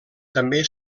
també